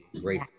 Great